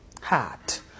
heart